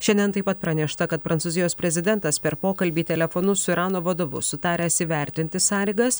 šiandien taip pat pranešta kad prancūzijos prezidentas per pokalbį telefonu su irano vadovu sutaręs įvertinti sąlygas